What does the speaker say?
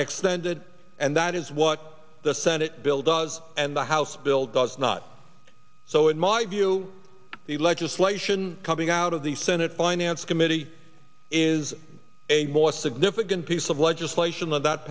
extended and that is what the senate bill does and the house bill does not so in my view the legislation coming out of the senate finance committee is a more significant piece of legislation